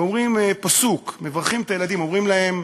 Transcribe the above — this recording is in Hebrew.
ואומרים פסוק, מברכים את הילדים, אומרים להם: